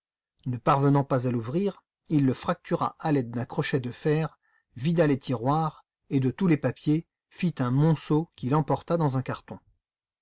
ne parvenant pas à l'ouvrir il le fractura à l'aide d'un crochet de fer vida les tiroirs et de tous les papiers fit un monceau qu'il emporta dans un carton